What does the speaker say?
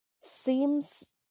seems